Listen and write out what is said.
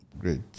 Great